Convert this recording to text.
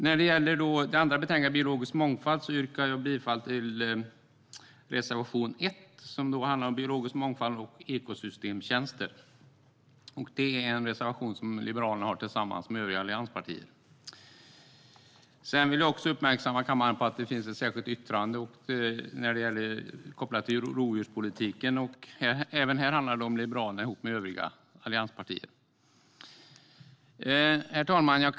När det gäller det andra betänkandet, Biologisk mångfald , yrkar jag bifall till reservation 1, som handlar om biologisk mångfald och ekosystemtjänster. Det är en reservation som Liberalerna har tillsammans med övriga allianspartier. Jag vill också uppmärksamma kammaren på att det finns ett särskilt yttrande kopplat till rovdjurspolitiken, även det från Liberalerna tillsammans med övriga allianspartier. Herr talman!